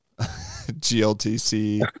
GLTC